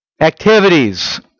activities